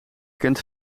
kent